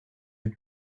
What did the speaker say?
reçu